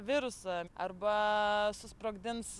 virusą arba susprogdins